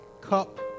cup